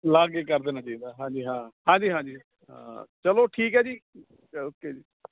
ਲਾ ਕੇ ਕਰ ਦੇਣਾ ਚਾਹੀਦਾ ਹਾਂਜੀ ਹਾਂ ਹਾਂਜੀ ਹਾਂਜੀ ਹਾਂ ਚਲੋ ਠੀਕ ਹੈ ਜੀ ਓਕੇ ਜੀ